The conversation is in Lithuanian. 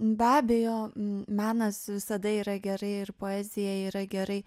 be abejo menas visada yra gerai ir poezija yra gerai